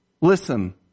listen